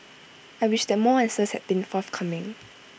I wish that more answers had been forthcoming